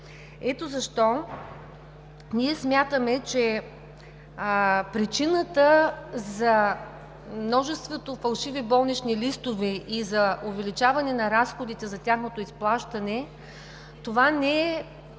Ето защо смятаме, че причината за множеството фалшиви болнични листове и увеличаването на разходите за тяхното изплащане, не е